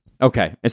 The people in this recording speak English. Okay